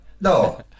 no